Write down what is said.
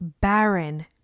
barren